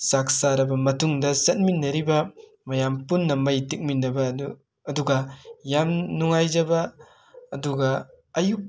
ꯆꯥꯛ ꯆꯥꯔꯕ ꯃꯇꯨꯡꯗ ꯆꯠꯃꯤꯟꯅꯔꯤꯕ ꯃꯌꯥꯝ ꯄꯨꯟꯅ ꯃꯩ ꯇꯤꯛꯃꯤꯟꯅꯕ ꯑꯗꯨ ꯑꯗꯨꯒ ꯌꯥꯝ ꯅꯨꯡꯉꯥꯏꯖꯕ ꯑꯗꯨꯒ